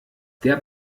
der